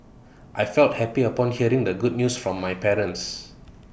I felt happy upon hearing the good news from my parents